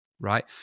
right